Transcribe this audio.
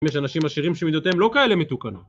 יש אנשים עשירים שמדידותיהם לא כאלה מתוקנות.